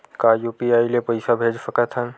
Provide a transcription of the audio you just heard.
का यू.पी.आई ले पईसा भेज सकत हन?